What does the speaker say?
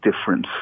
difference